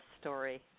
story